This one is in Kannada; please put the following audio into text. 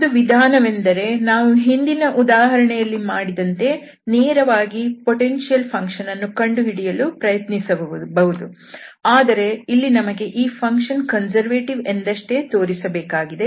ಒಂದು ವಿಧಾನವೆಂದರೆ ನಾವು ಹಿಂದಿನ ಉದಾಹರಣೆಯಲ್ಲಿ ಮಾಡಿದಂತೆ ನೇರವಾಗಿ ಪೊಟೆನ್ಶಿಯಲ್ ಫಂಕ್ಷನ್ ಅನ್ನು ಕಂಡುಹಿಡಿಯಲು ಪ್ರಯತ್ನಿಸಬಹುದು ಆದರೆ ಇಲ್ಲಿ ನಮಗೆ ಈ ಫಂಕ್ಷನ್ ಕನ್ಸರ್ವೇಟಿವ್ ಎಂದಷ್ಟೇ ತೋರಿಸಬೇಕಾಗಿದೆ